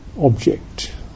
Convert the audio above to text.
object